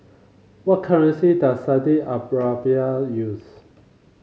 what currency does Saudi Arabia use